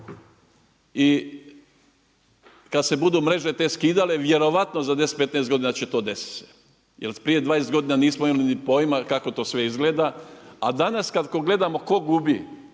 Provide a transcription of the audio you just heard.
i kad se budu mreže te skidale vjerojatno za 10, 15 godina će to desit se. Jer prije 20 godina nismo imali ni pojma kako to sve izgleda. A danas kad gledamo tko gubi,